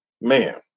Man